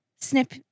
Snip